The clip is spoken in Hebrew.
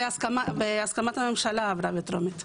בהסכמת הממשלה זה עבר בטרומית.